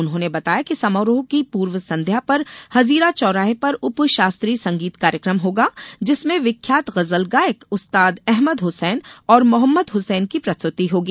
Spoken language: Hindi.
उन्होंने बताया कि समारोह की पूर्व संध्या पर हजीरा चौराहे पर उप शास्त्रीय संगीत कार्यक्रम होगा जिसमें विख्यात गज़ल गायक उस्ताद अहमद हुसैन और मोहम्मद हुसैन की प्रस्तुति होगी